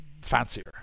fancier